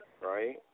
right